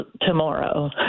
tomorrow